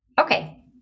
Okay